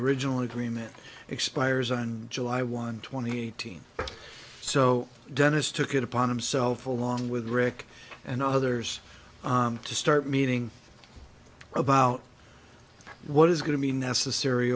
original agreement expires on july one twenty thousand so dennis took it upon himself along with rick and others to start meeting about what is going to be necessary